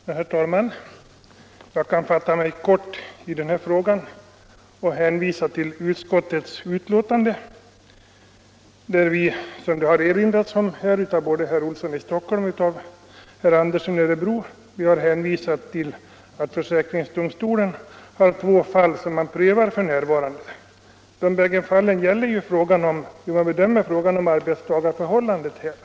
Nr 25 Herr talman! Jag kan fatta mig kort i den här frågan. Vi har i ut Onsdagen den skottsbetänkandet, som det här erinrats om av både herr Olsson i Stock 19 november 1975 holm och herr Andersson i Örebro, hänvisat till att försäkringsdomstolen = f.n. prövar två fall. De båda fallen gäller hur man bedömer arbetsta — Rätt till sjukpengarförhållandet för idrottsmän.